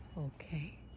Okay